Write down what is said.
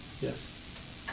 Yes